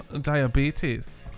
diabetes